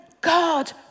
God